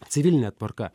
civiline tvarka